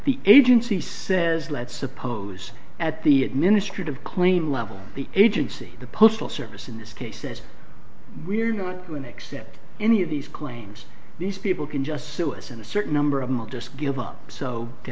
the agency says let's suppose at the administrative clean level the agency the postal service in this case says we're not going to accept any of these claims these people can just so us in a certain number of mil just give up so to